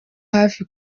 hafi